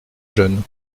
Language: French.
jeunes